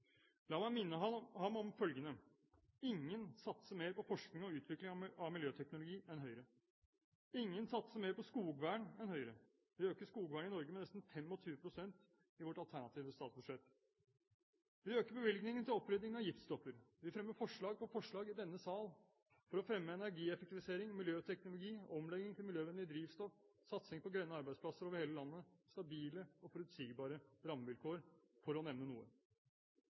La meg minne ham om følgende: Ingen satser mer på forskning og utvikling av miljøteknologi enn Høyre. Ingen satser mer på skogvern enn Høyre – vi øker skogvernet i Norge med nesten 25 pst. i vårt alternative statsbudsjett. Vi øker bevilgningene til opprydding av giftstoffer. Vi fremmer forslag på forslag i denne sal for å fremme energieffektivisering, miljøteknologi, omlegging til miljøvennlig drivstoff, satsing på grønne arbeidsplasser over hele landet, stabile og forutsigbare rammevilkår – for å nevne noe.